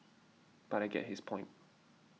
but I get his point